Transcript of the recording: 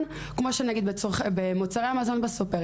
כמו שיש שלטים של המחירים של מוצרי המזון בסופר